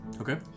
Okay